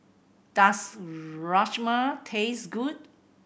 does Rajma taste good